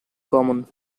common